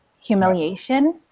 humiliation